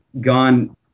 gone